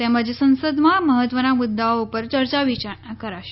તેમજ સંસદમાં મહત્વના મુદ્દાઓ ઉપર ચર્ચા વિચારણા કરાશે